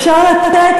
אתה רוצה שאגיד את זה,